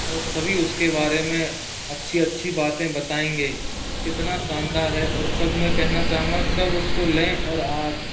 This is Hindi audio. और सभी उसके बारे में अच्छी अच्छी बातें बताएंगे कितना शानदार है और सब मैं कहना चाहूँगा सब उसको लें और आस